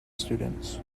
students